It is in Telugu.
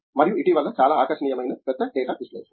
మరియు ఇటీవల చాలా ఆకర్షణీయమైనది పెద్ద డేటా విశ్లేషణ